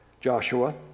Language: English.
Joshua